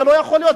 זה לא יכול להיות.